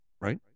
right